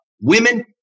Women